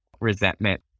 resentment